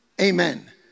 Amen